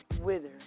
wither